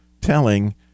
telling